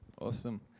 Awesome